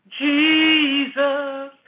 Jesus